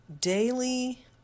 daily